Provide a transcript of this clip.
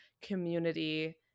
community